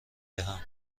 دهم